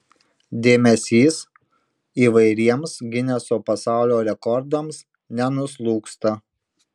dėmesys įvairiems gineso pasaulio rekordams nenuslūgsta